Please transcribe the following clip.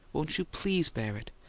won't you please bear it?